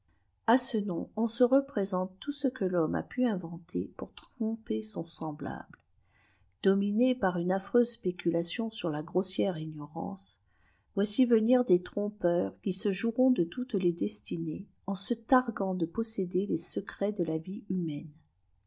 a ce nona on se représente tout ce que thomme a pu intietitêf pour tromper son semblable dominés par ùût jîteiîéù spéculation sur la grossière ignorance voici venir dèî tïotiipettrà qai se joueront de toutes les destinées en se tardant de posséder les secrets de la vie humaine